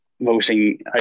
voting